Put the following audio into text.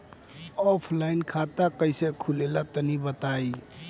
Offline खाता कइसे खुलेला तनि बताईं?